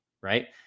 right